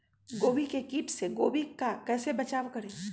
गोभी के किट से गोभी का कैसे बचाव करें?